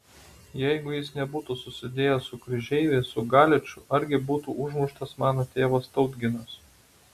jeigu jis nebūtų susidėjęs su kryžeiviais su galiču argi būtų užmuštas mano tėvas tautginas